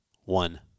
One